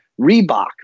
Reebok